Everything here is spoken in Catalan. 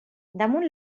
damunt